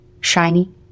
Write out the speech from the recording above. shiny